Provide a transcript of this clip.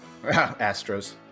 Astros